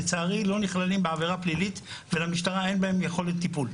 לצערי לא נכללים בעבירה פלילית ולמשטרה אין בהם יכולת טיפול.